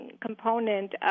Component